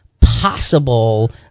possible